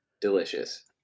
delicious